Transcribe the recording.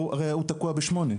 הרי הוא תקוע ב-8.